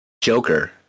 Joker